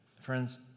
Friends